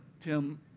Tim